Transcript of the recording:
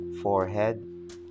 forehead